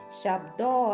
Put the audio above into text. Shabdo